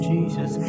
Jesus